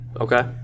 Okay